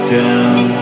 down